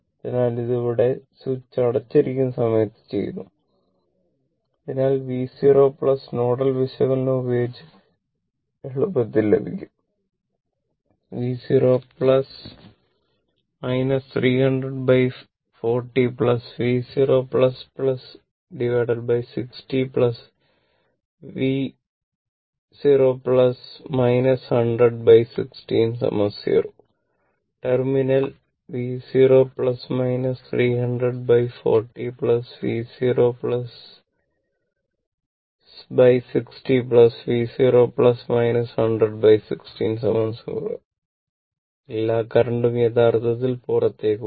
അതിനാൽ അത് ഇവിടെ സ്വിച്ച് അടച്ചിരിക്കുന്ന സമയത്ത് ചെയ്യുന്നു അതിനാൽ V 0 നോഡൽ വിശകലനം ഉപയോഗിച്ച് എളുപ്പത്തിൽ ലഭിക്കും V 0 30040 V 0 60 V 0 10016 0 terminal V 0 30040 V 0 60 V 0 10016 0 എല്ലാ കറന്റും യഥാർത്ഥത്തിൽ പുറത്തേക്ക് പോകുന്നു